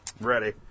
Ready